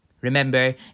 Remember